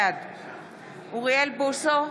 בעד אוריאל בוסו,